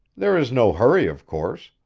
there is no hurry, of course.